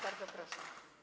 Bardzo proszę.